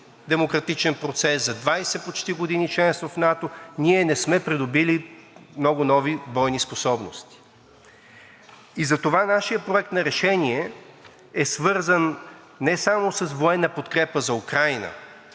демократичен процес, за почти 20 години членство в НАТО ние не сме придобили много нови бойни способности. Затова нашият проект на решение е свързан не само с военна подкрепа за Украйна,